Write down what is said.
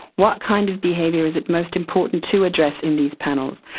what kind of behaviour is it most important to address in these panels?